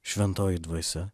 šventoji dvasia